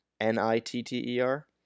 N-I-T-T-E-R